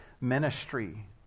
ministry